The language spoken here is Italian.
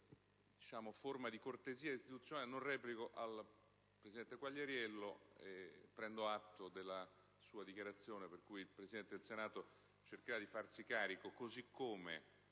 per forma di cortesia istituzionale, non replico al presidente Quagliariello. Prendo atto della sua dichiarazione per cui il Presidente del Senato cercherà di farsi carico, così come